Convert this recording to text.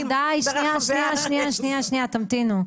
שנייה, שנייה, תמתינו.